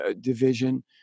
division